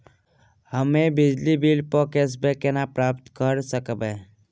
हम्मे बिजली बिल प कैशबैक केना प्राप्त करऽ सकबै?